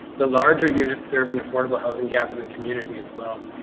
the larger unit serving affordable housing gap in the community as well.